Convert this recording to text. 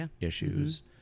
issues